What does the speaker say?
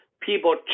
People